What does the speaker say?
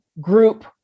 group